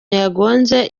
yagonze